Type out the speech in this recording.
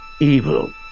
evil